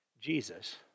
Jesus